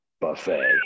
buffet